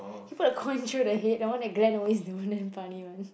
he put a coin through the head the one that Glen always do damn funny one